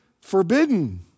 forbidden